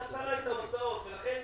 ולכן,